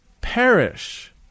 perish